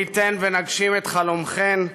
מי ייתן ונגשים את חלומכן,